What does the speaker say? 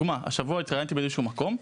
השבוע התראיינתי באיזה שהוא מקום,